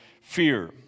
fear